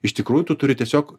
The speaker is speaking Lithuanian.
iš tikrųjų tu turi tiesiog